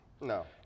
No